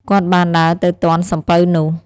គាត់បានដើរទៅទាន់សំពៅនោះ។